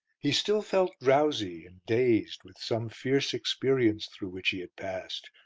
he still felt drowsy and dazed with some fierce experience through which he had passed,